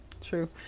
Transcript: True